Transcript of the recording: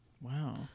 Wow